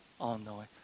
all-knowing